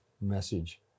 message